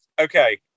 okay